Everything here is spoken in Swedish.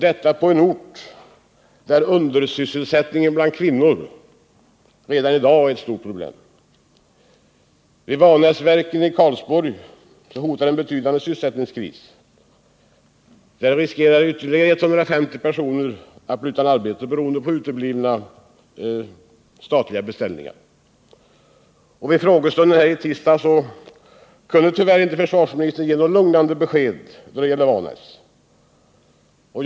Detta på en ort där sysselsättningen bland kvinnor redan i dag är ett stort problem. Vid Vanäsverken i Karlsborg hotar en betydande sysselsättningskris. Där riskerar 150 personer att bli utan arbete, beroende på uteblivna statliga beställningar. Vid frågestunden i tisdags kunde försvarsministern tyvärr inte ge några lugnande besked då det gäller Vanäsverken.